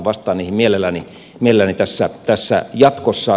vastaan niihin mielelläni tässä jatkossa